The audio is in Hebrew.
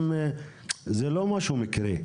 זה לא משהו מקרי,